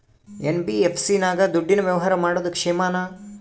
NBFC ನಾಗ ದುಡ್ಡಿನ ವ್ಯವಹಾರ ಮಾಡೋದು ಕ್ಷೇಮಾನ?